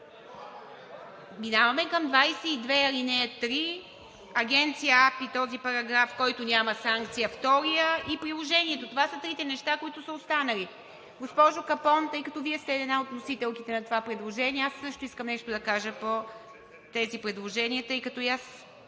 Минаваме към чл. 22, ал. 3 – Агенция АПИ, този параграф, който няма санкция – вторият, и Приложението. Това са трите неща, които са останали. Госпожо Капон, тъй като Вие сте една от вносителките на това предложение, аз също искам нещо да кажа по тези предложения, тъй като и аз